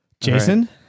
Jason